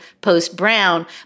post-Brown